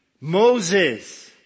Moses